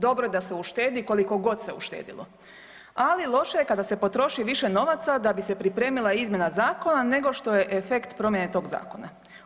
Dobro da se uštedi kolikogod se uštedilo, ali loše je kada se potroši više novaca da bi se pripremila izmjena zakona nego što je efekt promjene tog zakona.